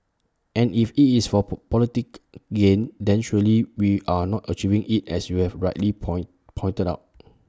and if IT is for poor politic gain then surely we are not achieving IT as you have rightly point pointed out